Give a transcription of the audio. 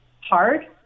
hard